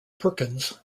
perkins